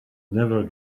never